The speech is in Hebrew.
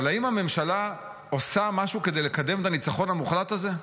אבל האם הממשלה עושה משהו כדי לקדם את הניצחון המוחלט הזה?